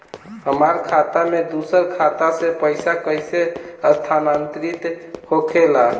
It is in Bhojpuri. हमार खाता में दूसर खाता से पइसा कइसे स्थानांतरित होखे ला?